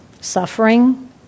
suffering